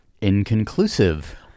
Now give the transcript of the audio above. inconclusive